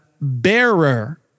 bearer